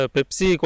Pepsi